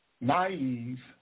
naive